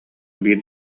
биир